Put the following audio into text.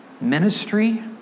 ministry